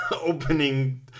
opening